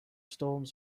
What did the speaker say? storms